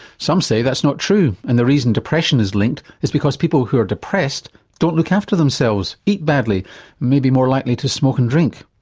some say that's not true and the reason depression is linked is because people who are depressed don't look after themselves, eat badly and may be more likely to smoke and drink.